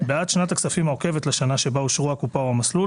בעד שנת הכספים העוקבת לשנה שבה אושרו הקופה או המסלול,